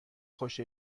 خوش